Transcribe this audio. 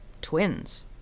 twins